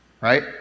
Right